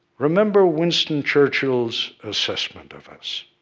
remember winston churchill's assessment of us.